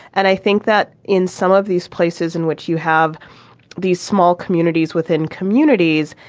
and i think that in some of these places in which you have these small communities within communities,